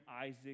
Isaac